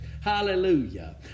Hallelujah